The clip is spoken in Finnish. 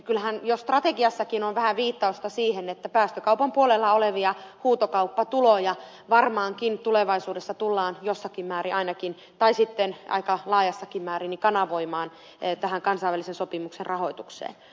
kyllähän jo strategiassakin on vähän viittausta siihen että päästökaupan puolella olevia huutokauppatuloja varmaankin tulevaisuudessa tullaan jossakin määrin ainakin tai sitten aika laajassakin määrin kanavoimaan tämän kansainvälisen sopimuksen rahoitukseen